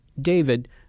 David